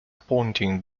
pointing